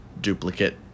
duplicate